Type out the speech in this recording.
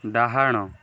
ଡାହାଣ